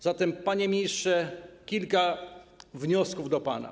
Zatem, panie ministrze, kilka wniosków do pana.